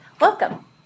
Welcome